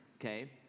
okay